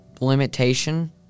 limitation